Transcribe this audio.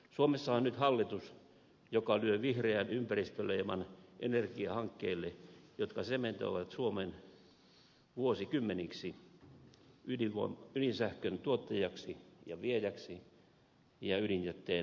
suomessa on nyt hallitus joka lyö vihreän ympäristöleiman energiahankkeille jotka sementoivat suomen vuosikymmeniksi ydinsähköntuottajaksi ja viejäksi ja ydinjätteen varastoijaksi